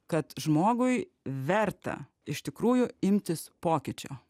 kad žmogui verta iš tikrųjų imtis pokyčių